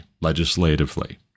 legislatively